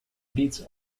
beats